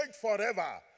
forever